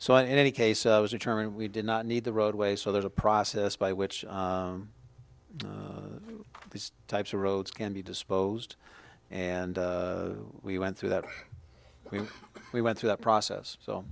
so in any case i was determined we did not need the roadway so there's a process by which these types of roads can be disposed and we went through that we went through that process so